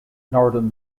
northern